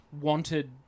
wanted